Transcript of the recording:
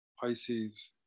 Pisces